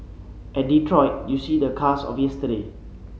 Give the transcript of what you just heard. at Detroit you see the cars of yesterday